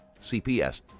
CPS